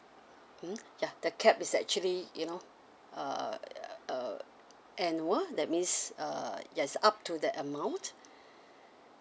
mmhmm ya the cap is actually you know uh uh annual that means uh there's up to that amount